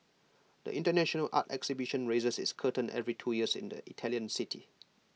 the International art exhibition raises its curtain every two years in the Italian city